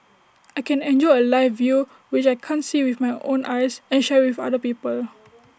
I can enjoy A live view which I can't see with my own eyes and share IT with other people